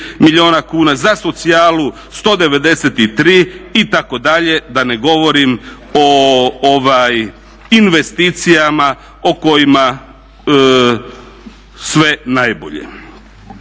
milijuna kuna, za socijalu 193 itd., da ne govorim o investicijama o kojima sve najbolje.